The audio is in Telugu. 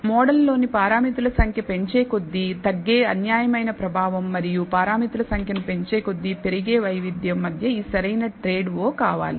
మోడల్ లోని పారామితులు సంఖ్య పెంచే కొద్దీ తగే అన్యాయమైన ప్రభావం మరియు పారామితులు సంఖ్యను పెంచే కొద్దీ పెరిగే వైవిధ్యం మధ్య ఈ సరైన ట్రేడ్ o కావాలి